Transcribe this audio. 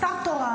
אתה שר תורן.